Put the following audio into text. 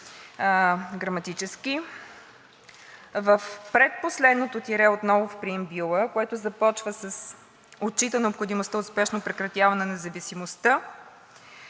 В предпоследното тире отново в преамбюла, което започва с „отчита необходимостта от спешно прекратяване на зависимостта“,